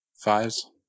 fives